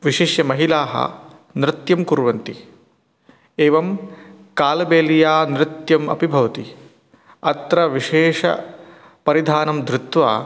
विशिष्य महिलाः नृत्यं कुर्वन्ति एवं कालबेलिया नृत्यम् अपि भवति अत्र विशेष परिधानं धृत्वा